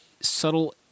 subtle